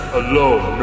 alone